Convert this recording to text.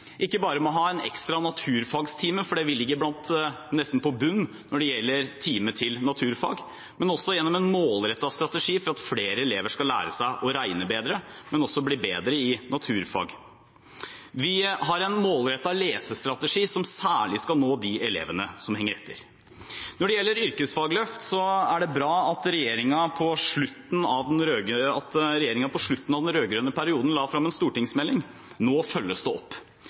ikke bare med å ha en ekstra naturfagtime, for vi ligger nesten på bunnen når det gjelder timer til naturfag, men også gjennom en målrettet strategi for at flere elever skal lære seg å regne bedre, men også bli bedre i naturfag. Vi har en målrettet lesestrategi som særlig skal nå de elevene som henger etter. Når det gjelder yrkesfagløft, er det bra at regjeringen på slutten av den rød-grønne perioden la frem en stortingsmelding. Nå følges det opp.